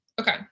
Okay